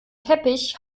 teppich